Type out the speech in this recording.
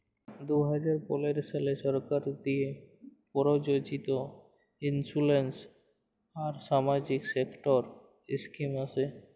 দু হাজার পলের সালে সরকার দিঁয়ে পরযোজিত ইলসুরেলস আর সামাজিক সেক্টর ইস্কিম আসে